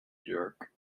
jerk